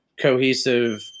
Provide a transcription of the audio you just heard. cohesive